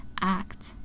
act